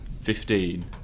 Fifteen